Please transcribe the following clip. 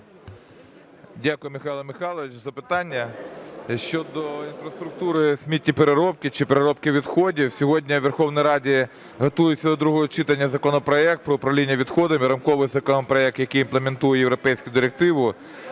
Дякую, Михайло Михайлович, за запитання. Щодо інфраструктури сміттєпереробки чи переробки відходів, сьогодні у Верховній Раді готується до другого читання законопроект про управління відходами, рамковий законопроект, який імплементує європейську директиву.